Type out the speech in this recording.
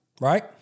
right